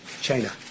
China